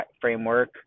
framework